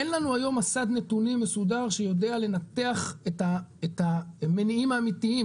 אין לנו היום מסד נתונים מסודר שיודע לנתח את המניעים האמיתיים,